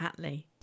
Hatley